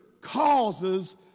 Causes